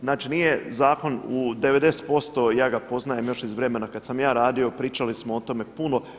Znači nije zakon u 90% ja ga poznajem još iz vremena kad sam ja radio, pričali smo o tome puno.